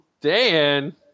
dan